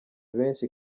benshi